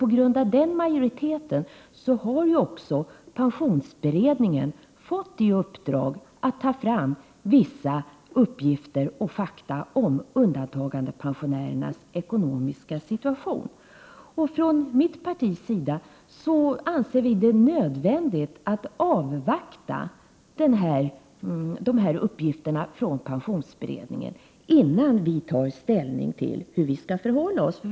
Detta har lett till att pensionsberedningen har fått i uppdrag att ta fram vissa uppgifter och fakta om undantagandepensionärernas ekonomiska situation. Från vårt partis håll anser vi det nödvändigt att avvakta dessa uppgifter från pensionsberedningen, innan vi tar ställning till hur vi skall förhålla oss.